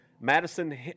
Madison